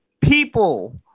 People